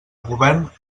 govern